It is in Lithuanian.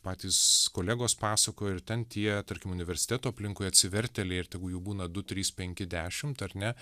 patys kolegos pasakoja ir ten tie tarkim universiteto aplinkoje atsivertėliai ir tegu jų būna du trys penki dešimt ar ne